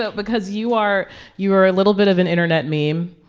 but because you are you are a little bit of an internet meme,